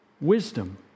wisdom